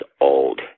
old